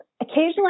occasionally